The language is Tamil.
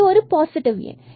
இது ஒரு பாசிட்டிவ் எண்